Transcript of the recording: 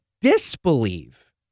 disbelieve